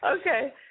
Okay